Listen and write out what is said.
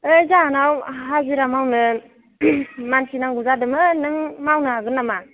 ओइ जाहानाव हाजिरा मावनो मानसि नांगौ जादोमोन नों मावनो हागोन नामा